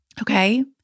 Okay